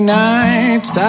nights